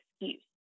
excuse